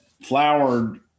flowered